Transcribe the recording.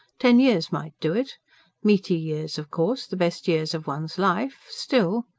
ten years might do it meaty years, of course, the best years of one's life still.